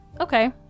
Okay